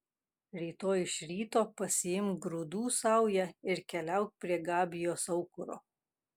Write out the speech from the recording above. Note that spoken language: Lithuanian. rytoj iš ryto pasiimk grūdų saują ir keliauk prie gabijos aukuro